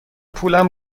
پولم